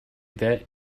that